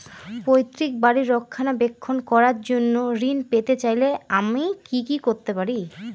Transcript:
পৈত্রিক বাড়ির রক্ষণাবেক্ষণ করার জন্য ঋণ পেতে চাইলে আমায় কি কী করতে পারি?